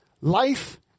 life